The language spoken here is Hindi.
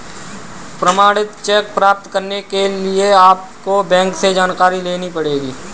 प्रमाणित चेक प्राप्त करने के लिए आपको बैंक से जानकारी लेनी पढ़ेगी